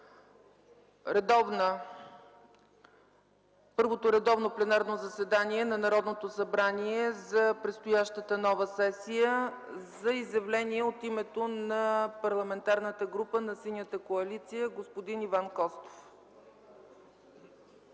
първото редовно пленарно заседание на Народното събрание за предстоящата нова сесия. Изявление от името на Парламентарната група на Синята коалиция – господин Иван Костов.